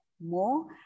more